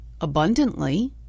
abundantly